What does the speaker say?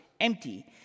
empty